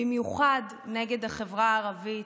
במיוחד נגד החברה הערבית,